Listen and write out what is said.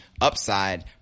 upside